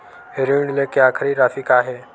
ऋण लेके आखिरी राशि का हे?